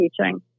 teaching